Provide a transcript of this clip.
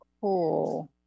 Cool